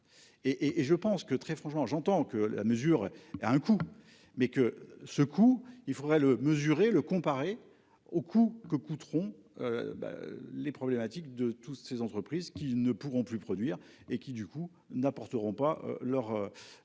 et je pense que très franchement j'entends que la mesure a un coût mais que ce coup il faudrait le mesurer le comparer au coût que coûteront. Ben les problématiques de toutes ces entreprises qui ne pourront plus produire et qui du coup n'apporteront pas leur.